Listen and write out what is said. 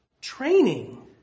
training